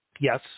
Yes